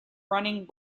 running